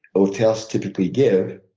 hotels typically give,